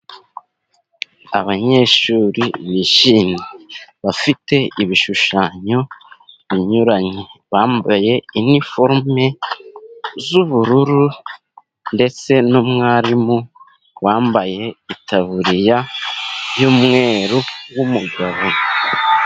Abanyeshuri bishimye bafite ibishushanyo binyuranye, bambaye iniforume z'ubururu, ndetse n'umwarimu wambaye itaburiya y'umweru w'umugabo.